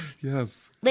Yes